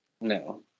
no